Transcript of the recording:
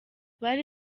bari